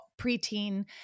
preteen